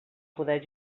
poder